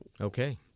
Okay